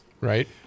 Right